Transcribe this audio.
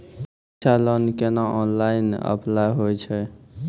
शिक्षा लोन केना online apply होय छै?